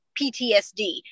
PTSD